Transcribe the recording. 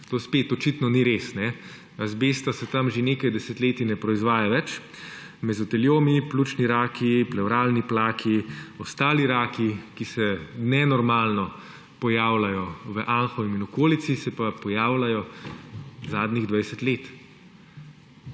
To spet očitno ni res. Azbesta se tam že nekaj desetletij ne proizvaja več, mezoteliomi, pljučni raki, plevralni plaki, ostali raki, ki se nenormalno pojavljajo v Anhovem in v okolici, se pa pojavljajo zadnjih 20 let.